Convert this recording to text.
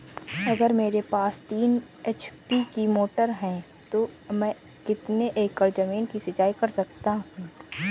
अगर मेरे पास तीन एच.पी की मोटर है तो मैं कितने एकड़ ज़मीन की सिंचाई कर सकता हूँ?